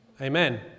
amen